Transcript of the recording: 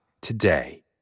today